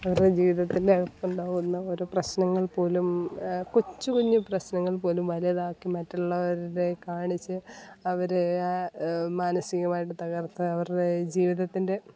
അവരുടെ ജീവിതത്തിൻ്റെ അവർക്കുണ്ടാവുന്ന ഓരോ പ്രശ്നങ്ങൾ പോലും കൊച്ച് കുഞ്ഞ് പ്രശ്നങ്ങൾ പോലും വലുതാക്കി മറ്റുള്ളവരെ കാണിച്ച് അവരെ മാനസികമായിട്ട് തകർത്ത് അവരുടെ ജീവിതത്തിൻ്റെ